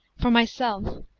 for myself,